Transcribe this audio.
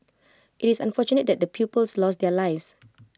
IT is unfortunate that the pupils lost their lives